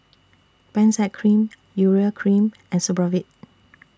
Benzac Cream Urea Cream and Supravit